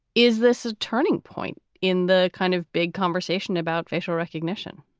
is this a turning point in the kind of big conversation about facial recognition?